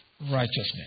righteousness